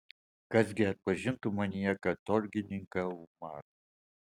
kas gi atpažintų manyje katorgininką umarą